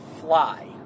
fly